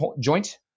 joint